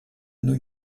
new